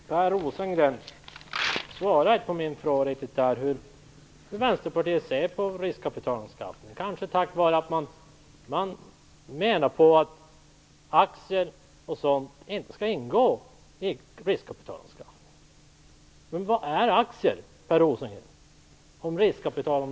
Fru talman! Per Rosengren svarar inte riktigt på min fråga hur Vänsterpartiet ser på riskkapitalanskaffningen. Man menar kanske att aktier och sådant inte skall ingå i riskkapitalanskaffningen. Men vad är aktier, Per Rosengren? De om något är väl riskkapital.